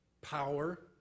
power